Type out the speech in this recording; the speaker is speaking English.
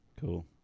cool